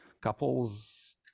couples